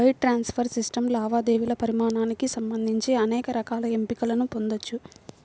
wire transfer system లావాదేవీల పరిమాణానికి సంబంధించి అనేక రకాల ఎంపికలను పొందొచ్చు